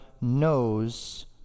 knows